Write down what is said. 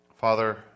Father